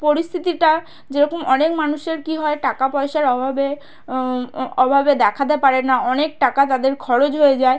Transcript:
পরিস্থিতিটা যেরকম অনেক মানুষের কী হয় টাকা পয়সার অভাবে অভাবে দেখাতে পারে না অনেক টাকা তাদের খরচ হয়ে যায়